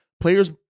players